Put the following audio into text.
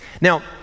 Now